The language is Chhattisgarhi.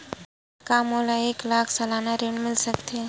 का मोला एक लाख सालाना ऋण मिल सकथे?